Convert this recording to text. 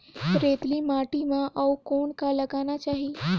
रेतीली माटी म अउ कौन का लगाना चाही?